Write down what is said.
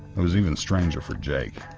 it was even stranger for jake,